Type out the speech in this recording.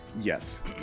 Yes